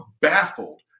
baffled